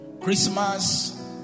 Christmas